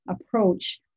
approach